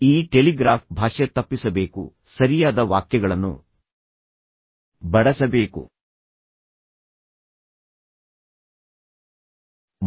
ಈ ಟೆಲಿಗ್ರಾಫ್ ಭಾಷೆಯಲ್ಲಿ ಬಹಳ ಮುಖ್ಯವಾದ ಈ ತುರ್ತು ವಿಷಯವನ್ನು ತಪ್ಪಿಸಬೇಕು ಸರಿಯಾದ ವಾಕ್ಯಗಳನ್ನು ಬಳಸಬೇಕು ಮತ್ತು ನಂತರ ನನಗೆ ಮರುಪರೀಕ್ಷೆ ನೀಡಬೇಕು